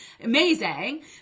amazing